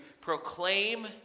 proclaim